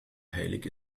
heilige